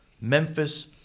Memphis